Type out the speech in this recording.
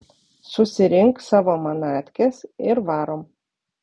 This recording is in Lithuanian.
susirink savo manatkes ir varom